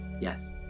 Yes